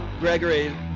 Gregory